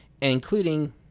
including